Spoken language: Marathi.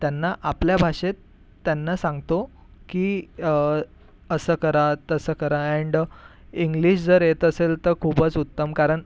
त्यांना आपल्या भाषेत त्यांना सांगतो की असं करा तसं करा अँड इंग्लिश जर येत असेल तर खूपच उत्तम कारण